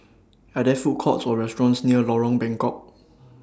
Are There Food Courts Or restaurants near Lorong Bengkok